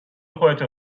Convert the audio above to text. خودتو